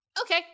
Okay